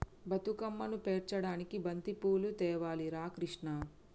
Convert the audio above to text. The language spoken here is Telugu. బతుకమ్మను పేర్చడానికి బంతిపూలు తేవాలి రా కిష్ణ